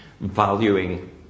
valuing